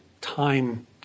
time